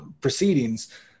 proceedings